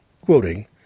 quoting